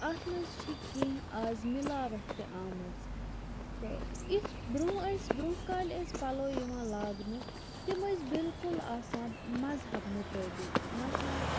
اتھ مَنٛز چھِ کینٛہہ آز مِلاوَٹھ تہِ آمٕژ تہٕ یِتھ برونٛہہ ٲسۍ برونٛہہ کالہِ ٲسۍ پَلَو یِوان لاگنہٕ تِم ٲسۍ بِلکُل آسان مَذہَب مُطٲبق مَثلاً